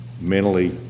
mentally